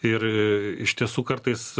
ir iš tiesų kartais